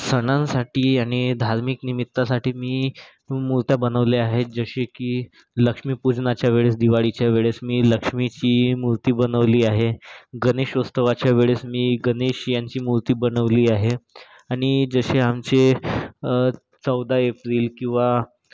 सणांसाठी आणि धार्मिक निमित्तासाठी मी मूर्ती बनवल्या आहेत जसे की लक्ष्मी पूजनाच्या वेळेस दिवाळीच्या वेळेस मी लक्ष्मीची मूर्ती बनवली आहे गणेशोत्सवाच्या वेळेस मी गणेश यांची मूर्ती बनवली आहे आणि जसे आमचे चौदा एप्रिल किंवा